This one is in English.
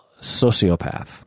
sociopath